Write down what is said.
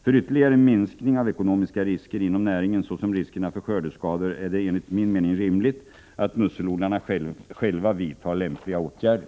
För ytterligare minskning av ekonomiska risker inom näringen, såsom riskerna för skördeskador, är det enligt min mening rimligt att musselodlarna själva vidtar lämpliga åtgärder.